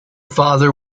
father